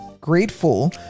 grateful